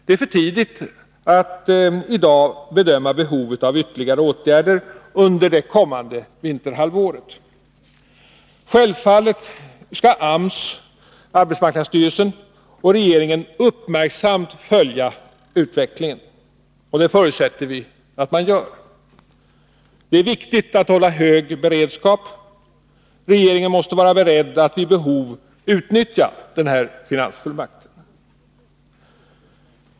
Det är för tidigt att i dag bedöma behovet av ytterligare åtgärder under det kommande vinterhalvåret. Självfallet skall arbetsmarknadsstyrelsen och regeringen uppmärksamt följa utvecklingen, och det förutsätter vi att de gör. Det är viktigt att hålla hög beredskap. Regeringen måste vara beredd att vid behov utnyttja den här finansfullmakten.